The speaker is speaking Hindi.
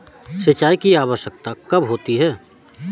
सिंचाई की आवश्यकता कब होती है?